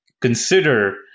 Consider